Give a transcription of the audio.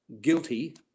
guilty